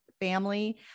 family